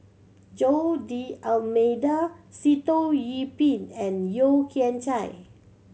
Jose D'Almeida Sitoh Yih Pin and Yeo Kian Chai